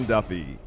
Duffy